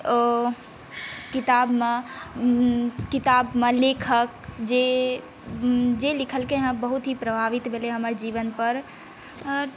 ओ किताबमे लेखक जे जे लिखलकै हँ बहुत ही प्रभावित भेलै हँ हमर जीवन पर